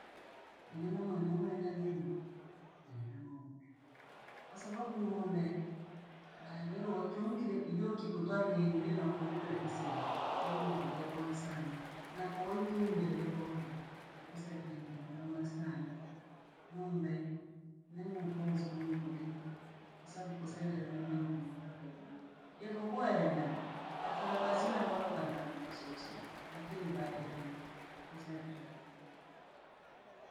Munyama whenu mweenda mimi ni nung'ombe, kwasababu ng'oombe ba le loonchonkile iyo kikotourembi nakulotere isebhe ni uru ja boa sana nakoiture re boha okosedre nilemuromo sana. Ng'ombe, nemugozo konukogeni kwa sababu kosedra aele. Jegogweya nyamu pasa pasi na valopa nanii soso lakini ba ilema ba kusaidra.